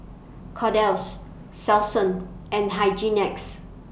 Kordel's Selsun and Hygin X